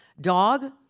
dog